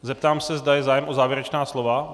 Zeptám se, zda je zájem o závěrečná slova.